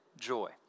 joy